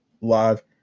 live